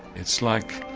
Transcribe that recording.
it's like,